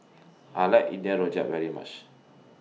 I like India Rojak very much